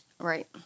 Right